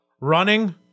running